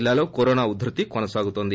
జిల్లాలో కరోనా ఉద్భతి కొనసాగుతుంది